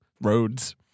roads